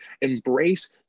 embrace